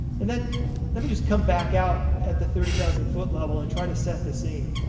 and then let me just come back out at the thirty thousand foot level and try to set the scene.